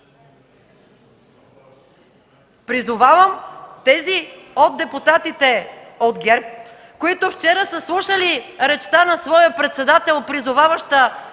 Призовавам тези от депутатите от ГЕРБ, които вчера са слушали речта на своя председател, призоваваща